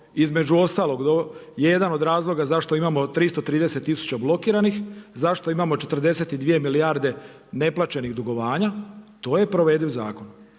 između ostalog jedan od razloga zašto imamo 330 tisuća blokiranih, zašto imamo 42 milijarde neplaćenih dugovanja, to je provediv zakon.